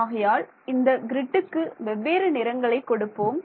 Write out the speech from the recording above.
ஆகையால் இந்தக் க்ரிட்டுக்கு வெவ்வேறு நிறங்களை கொடுப்போம்